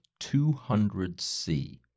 200c